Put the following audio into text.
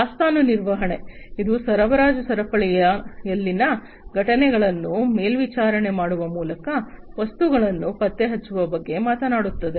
ದಾಸ್ತಾನು ನಿರ್ವಹಣೆ ಇದು ಸರಬರಾಜು ಸರಪಳಿಯಲ್ಲಿನ ಘಟನೆಗಳನ್ನು ಮೇಲ್ವಿಚಾರಣೆ ಮಾಡುವ ಮೂಲಕ ವಸ್ತುಗಳನ್ನು ಪತ್ತೆಹಚ್ಚುವ ಬಗ್ಗೆ ಮಾತನಾಡುತ್ತದೆ